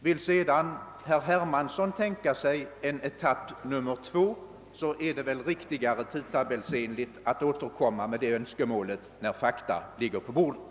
Vill herr Hermansson sedan tänka sig en etapp 2 är det väl tidtabellsmässigt riktigare att återkomma med det önskemålet när fakta ligger på bordet.